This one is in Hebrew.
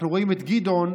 אנחנו רואים את גדעון,